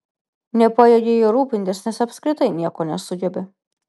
nepajėgei juo rūpintis nes apskritai nieko nesugebi